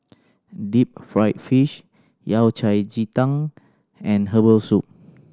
deep fried fish Yao Cai ji tang and herbal soup